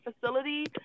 facility